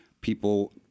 people